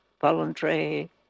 voluntary